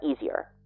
easier